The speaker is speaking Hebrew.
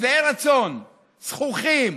שבעי רצון, זחוחים.